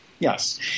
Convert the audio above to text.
Yes